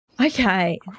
Okay